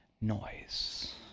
noise